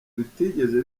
bitigeze